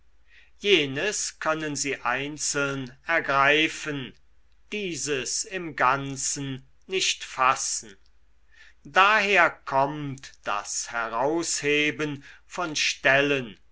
jenes können sie einzeln ergreifen dieses im ganzen nicht fassen daher kommt das herausheben von stellen